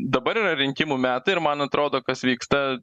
dabar yra rinkimų metai ir man atrodo kas vyksta